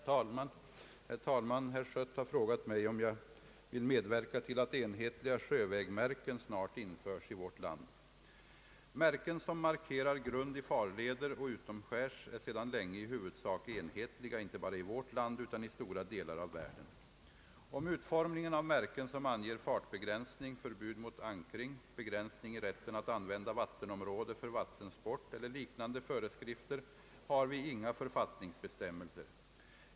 Herr talman! Herr Schött har frågat mig om jag vill medverka till att enhetliga sjövägmärken snart införs i vårt land. Märken som markerar grund i farleder och utomskärs är sedan länge i huvudsak enhetliga inte bara i vårt land utan i stora delar av världen. ring, begränsning i rätten att använda vattenområde för vattensport eller liknande föreskrifter har vi inga författningsbestämmelser.